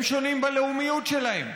הם שונים בלאומיות שלהם,